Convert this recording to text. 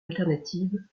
alternative